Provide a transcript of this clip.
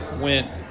went